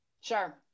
Sure